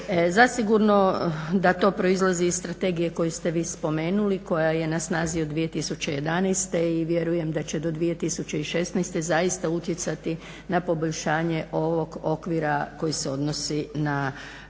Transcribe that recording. Zasigurno da to proizlazi iz strategije koju ste vi spomenuli, koja je na snazi od 2011. i vjerujem da će do 2016. zaista utjecati na poboljšanje ovog okvira koji se odnosi na